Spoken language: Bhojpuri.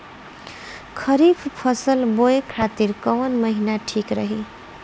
खरिफ फसल बोए खातिर कवन महीना ठीक रही?